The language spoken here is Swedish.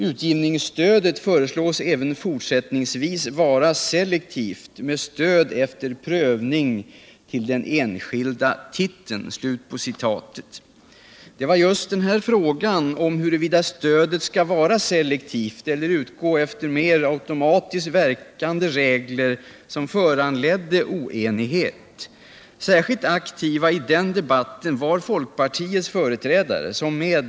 ”Utgivningsstödet föreslås även fortsättningsvis vara selektivt med stöd efter prövning till den enskilda titeln.” Det var just frågan om huruvida stödet skulle vara selektivt eller utgå efter mer automatiskt verkande regler som föranledde oenighet. Särskilt aktiva i den debatten var folkpartiets företrädare, som med.